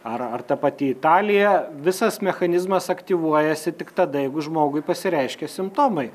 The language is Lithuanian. ar ar ta pati italija visas mechanizmas aktyvuojasi tik tada jeigu žmogui pasireiškia simptomai